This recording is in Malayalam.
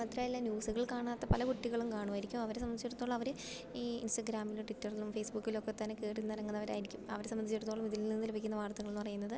മാത്രമല്ല ന്യൂസുകൾ കാണാത്ത പല കുട്ടികളും കാണുമായിരിക്കും അവരെ സംബന്ധിച്ചിടത്തോളം അവർ ഈ ഇൻസ്റ്റഗ്രാമിലും ട്വിറ്ററിലും ഫേസ്ബുക്കിലൊക്കെ തന്നെ കയറി നിരങ്ങുന്നവരായിരിക്കും അവരെ സംബന്ധിച്ചിടത്തോളം ഇതിൽ നിന്ന് ലഭിക്കുന്ന വാർത്തകളെന്നു പറയുന്നത്